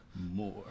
More